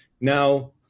Now